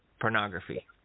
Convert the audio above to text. pornography